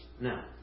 Now